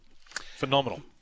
Phenomenal